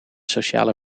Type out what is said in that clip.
sociale